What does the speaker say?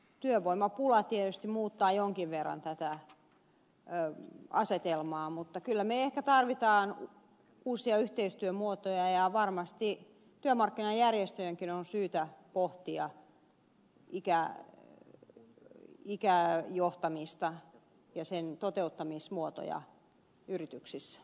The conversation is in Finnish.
työvoimapula tietysti muuttaa jonkin verran tätä asetelmaa mutta kyllä me ehkä tarvitsemme uusia yhteistyömuotoja ja varmasti työmarkkinajärjestöjenkin on syytä pohtia ikäjohtamista ja sen toteuttamismuotoja yrityksissä